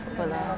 [pe]